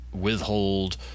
withhold